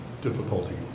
difficulty